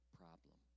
problem